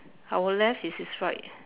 our left is his right